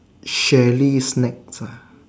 shally snacks ah